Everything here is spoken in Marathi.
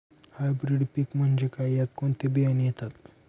हायब्रीड पीक म्हणजे काय? यात कोणते बियाणे येतात?